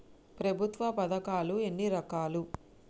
ప్రభుత్వ పథకాలు ఎన్ని రకాలు?